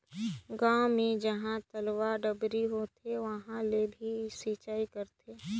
गांव मे जहां तलवा, डबरी होथे उहां ले भी सिचई करथे